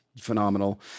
phenomenal